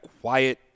quiet